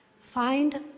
find